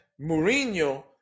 Mourinho